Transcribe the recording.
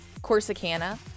Corsicana